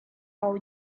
all